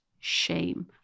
shame